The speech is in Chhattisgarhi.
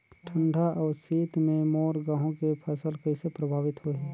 ठंडा अउ शीत मे मोर गहूं के फसल कइसे प्रभावित होही?